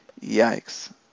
Yikes